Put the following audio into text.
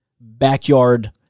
backyard